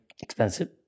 expensive